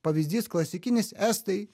pavyzdys klasikinis estai